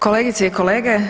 Kolegice i kolege.